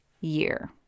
year